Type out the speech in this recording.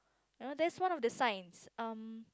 you know that's one of the signs um